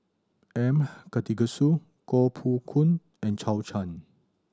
M Karthigesu Koh Poh Koon and Zhou Can